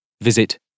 visit